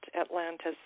Atlantis